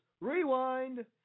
Rewind